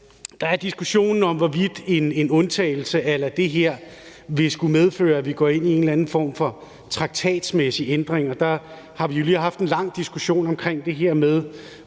Der er diskussionen om, hvorvidt en undtagelse a la det her ville skulle medføre, at vi går ind i en eller anden form for traktatmæssig ændring. Der har vi jo lige haft en lang diskussion om det her med